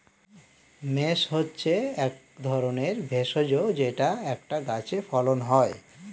mace হচ্ছে এক ধরনের ভেষজ যেটা একটা গাছে ফলন হয়